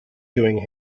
doing